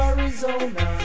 Arizona